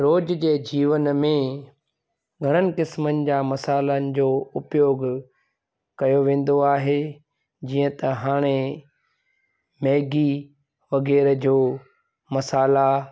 रोज़ जे जीवन में घणनि क़िस्मनि जा मसालनि जो उपयोग कयो वेंदो आहे जीअं त हाणे मैगी वग़ैरह जो मसाला